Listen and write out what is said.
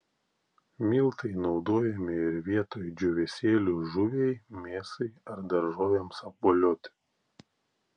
miltai naudojami ir vietoj džiūvėsėlių žuviai mėsai ar daržovėms apvolioti